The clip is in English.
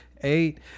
eight